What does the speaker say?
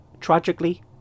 Tragically